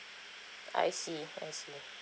I see I see